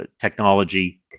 technology